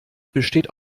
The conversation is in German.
besteht